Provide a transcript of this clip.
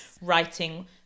writing